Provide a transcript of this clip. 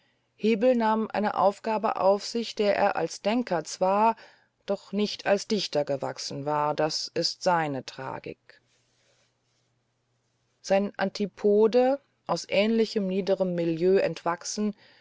hebbel nahm eine aufgabe auf sich der er als denker zwar doch nicht als dichter gewachsen war das ist seine tragik sein antipode aus ähnlich niederem milieu entwachsen